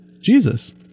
Jesus